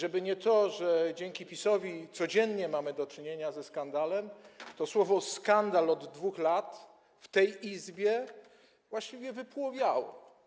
I przez to, że dzięki PiS-owi codziennie mamy do czynienia ze skandalem, to słowo skandal od 2 lat w tej Izbie właściwie wypłowiało.